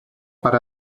per